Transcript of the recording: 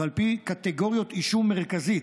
ועל פי קטגוריית אישום מרכזית,